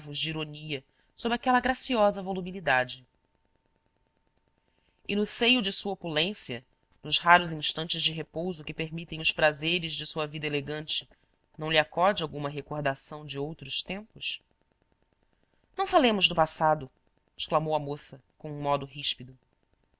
ironia sob aquela graciosa volubilidade e no seio de sua opulência nos raros instantes de repouso que permitem os prazeres de sua vida elegante não lhe acode alguma recordação de outros tempos não falemos do passado exclamou a moça com um modo ríspido